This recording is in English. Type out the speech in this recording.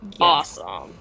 awesome